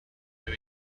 you